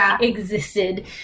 existed